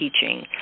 teaching